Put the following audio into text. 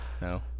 No